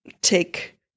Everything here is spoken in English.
take